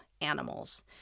animals